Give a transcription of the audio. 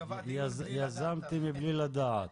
יזמתי מבלי לדעת.